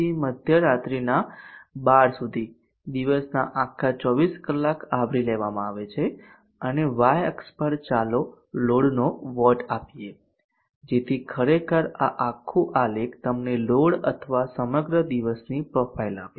થી મધ્યરાત્રિના 12 સુધી દિવસના આખા 24 કલાક આવરી લેવામાં આવે છે અને વાય અક્ષ પર ચાલો લોડનો વોટ આપીએ જેથી ખરેખર આ આખું આલેખ તમને લોડ અથવા સમગ્ર દિવસની પ્રોફાઇલ આપે